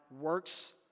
works